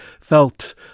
felt